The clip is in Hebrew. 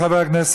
להודות